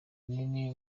runini